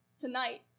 tonight